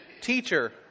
Teacher